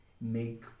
make